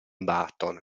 burton